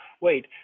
wait